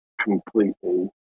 completely